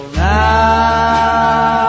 now